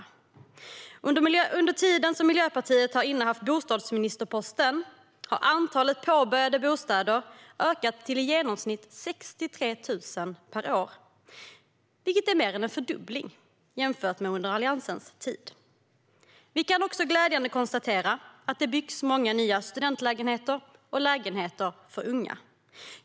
Under den tid som Miljöpartiet har innehaft bostadsministerposten har antalet påbörjade bostäder ökat till i genomsnitt 63 000 per år, vilket är mer än en fördubbling jämfört med under Alliansens tid. Vi kan också glädjande nog konstatera att det byggs många nya studentlägenheter och lägenheter för unga.